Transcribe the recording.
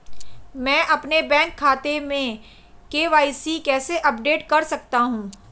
मैं अपने बैंक खाते में के.वाई.सी कैसे अपडेट कर सकता हूँ?